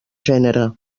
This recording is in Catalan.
gènere